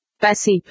Passive